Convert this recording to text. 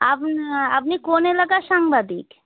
up আপনি কোন এলাকার সাংবাদিক